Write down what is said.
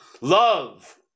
Love